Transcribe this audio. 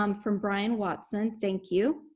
um from brian watson, thank you,